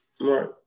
Right